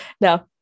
no